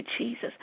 Jesus